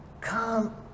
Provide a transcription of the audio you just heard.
Come